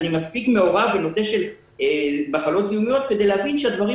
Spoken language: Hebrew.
אני מספיק מעורב בנושא של מחלות זיהומיות כדי להבין שהדברים